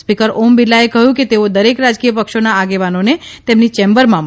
speaker Om બિરલાએ કહ્યું કે તેઓ દરેક રાજકીય પક્ષોના આગેવાનોને તેમની ચેમ્બરમાં મળશે